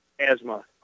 Asthma